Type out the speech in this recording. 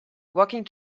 walking